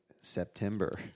September